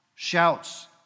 shouts